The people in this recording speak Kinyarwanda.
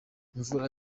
imvura